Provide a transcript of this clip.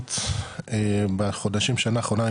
התפיסות בחודשים של השנה האחרונה,